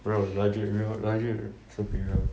bro legit real legit superior